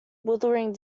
withering